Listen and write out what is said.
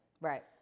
Right